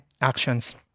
actions